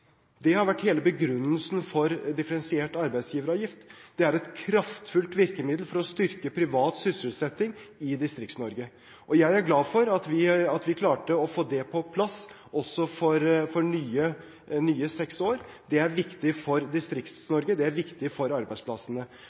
Det har vært hele begrunnelsen for differensiert arbeidsgiveravgift. Det er et kraftfullt virkemiddel for å styrke privat sysselsetting i Distrikts-Norge, og jeg er glad for at vi klarte å få det på plass også for nye seks år. Det er viktig for Distrikts-Norge, og det er viktig for arbeidsplassene.